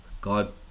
God